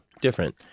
Different